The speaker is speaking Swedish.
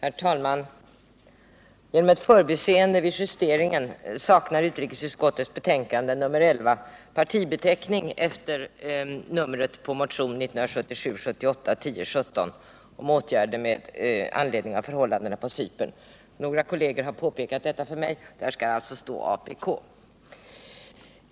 Herr talman! Genom ett förbiseende vid justeringen saknar utrikesutskottets betänkande 1978 78:1017 om åtgärder med anledning av förhållandena på Cypern. Några kolleger har påpekat detta för mig. Där skall alltså stå apk.